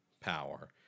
power